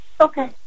Okay